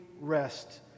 rest